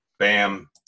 Bam